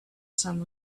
some